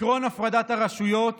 עקרון הפרדת הרשויות